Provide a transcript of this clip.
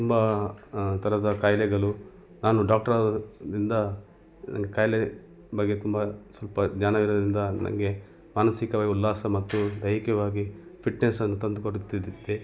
ತುಂಬ ಥರದ ಖಾಯಿಲೆಗಳು ನಾನು ಡಾಕ್ಟರ್ ಆದದ್ರಿಂದ ಖಾಯಿಲೆ ಬಗ್ಗೆ ತುಂಬ ಸ್ವಲ್ಪ ಜ್ಞಾನ ಇರೋದರಿಂದ ನನಗೆ ಮಾನಸಿಕವಾಗಿ ಉಲ್ಲಾಸ ಮತ್ತು ದೈಹಿಕವಾಗಿ ಫಿಟ್ನೆಸನ್ನು ತಂದು ಕೊಡುತ್ತಿದೆ